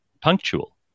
punctual